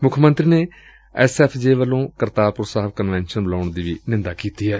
ਮੁੱਖ ਮੰਤਰੀ ਨੇ ਐਸ ਐਫ਼ ਜੇ ਵੱਲੋਂ ਕਰਤਾਰਪੁਰ ਸਾਹਿਬ ਕਨਵੈਕਸ਼ਨ ਬੁਲਾਉਣ ਦੀ ਵੀ ਨਿੰਦਾ ਕੀਤੀ ਏ